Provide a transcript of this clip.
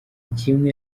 kimwe